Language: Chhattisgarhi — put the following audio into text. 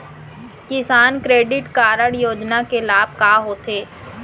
किसान क्रेडिट कारड योजना के लाभ का का होथे?